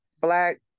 Black